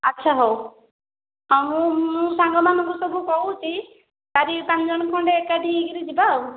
ଆଛା ହେଉ ହଁ ମୁଁ ମୁଁ ସାଙ୍ଗମାନଙ୍କୁ ସବୁ କହୁଛି ଚାରି ପାଞ୍ଚ ଜଣ ଖଣ୍ଡେ ଏକାଠି ହୋଇକରି ଯିବା